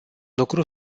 lucru